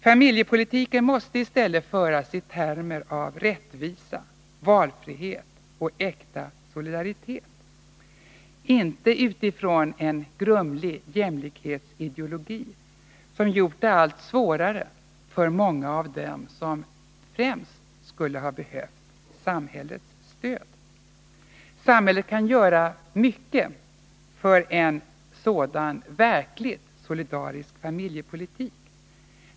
Familjepolitiken måste i stället föras i termer av rättvisa, valfrihet och äkta solidaritet, inte utifrån en grumlig jämlikhetsideologi, som gjort det allt svårare för många av dem som främst skulle ha behövt samhällets stöd. Samhället kan göra mycket för en sådan verkligt solidarisk familjepolitik.